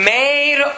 made